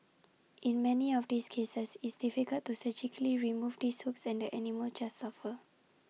in many of these cases it's difficult to surgically remove these hooks and the animals just suffer